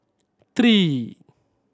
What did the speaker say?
three